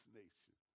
nation